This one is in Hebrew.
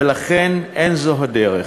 ולכן זו אינה הדרך.